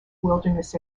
wilderness